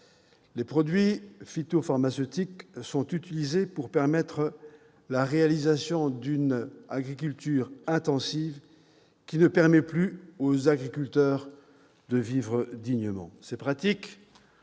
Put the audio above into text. Les produits phytopharmaceutiques sont utilisés pour favoriser la réalisation d'une agriculture intensive, qui ne permet plus aux agriculteurs de vivre dignement. Ces pratiques